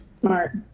Smart